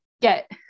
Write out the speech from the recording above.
get